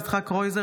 יצחק קרויזר,